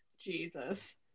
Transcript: Jesus